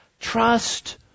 trust